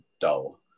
dull